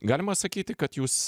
galima sakyti kad jūs